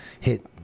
hit